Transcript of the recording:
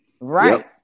Right